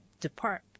depart